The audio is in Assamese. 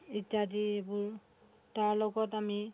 ইত্য়াদিবোৰ তাৰ লগত আমি